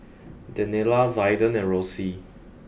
Daniella Zaiden and Rosie